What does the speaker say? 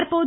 தற்போது